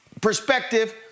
perspective